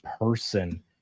person